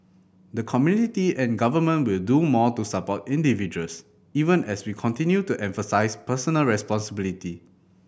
the community and government will do more to support individuals even as we continue to emphasise personal responsibility